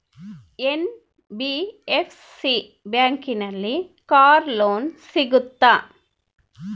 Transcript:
NBFC ಬ್ಯಾಂಕಿನಲ್ಲಿ car loan ಸಿಗುತ್ತಾ?